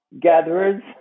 Gatherers